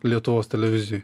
lietuvos televizijoj